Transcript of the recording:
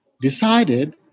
decided